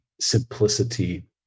simplicity